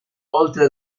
oltre